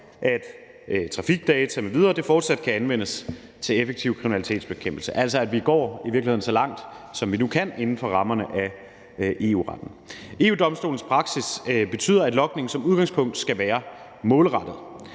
at trafikdata m.v. fortsat kan anvendes til effektiv kriminalitetsbekæmpelse, altså at vi i virkeligheden går så langt, som vi nu kan inden for rammerne af EU-retten. EU-Domstolens praksis betyder, at logning som udgangspunkt skal være målrettet.